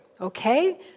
okay